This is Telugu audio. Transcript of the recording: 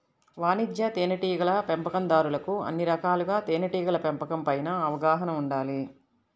వాణిజ్య తేనెటీగల పెంపకందారులకు అన్ని రకాలుగా తేనెటీగల పెంపకం పైన అవగాహన ఉండాలి